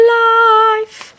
life